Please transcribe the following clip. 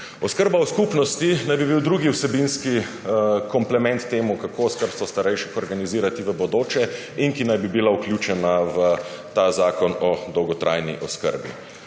Oskrba v skupnosti naj bi bil drugi vsebinski komplement temu, kako skrbstvo starejših organizirati v bodoče in ki naj bi bila vključena v ta zakon o dolgotrajni oskrbi.